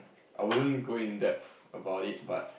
I wouldn't go in depth about it but